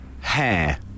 hair